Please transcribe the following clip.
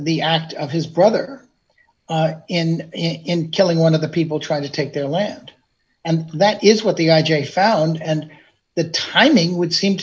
the act of his brother in in killing one of the people trying to take their land and that is what the i j a found and the timing would seem